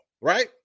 right